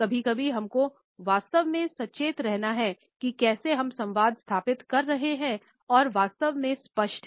कभी कभी हमको वास्तव में सचेत रहना हैं की कैसे हम संवाद स्थापित कर रहे हैं और हम वास्तव में स्पष्ट है